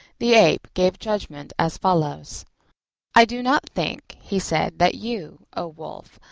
the ape gave judgment as follows i do not think, he said, that you, o wolf,